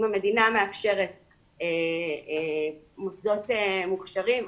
אם המדינה מאפשרת מוסדות מוכשרים,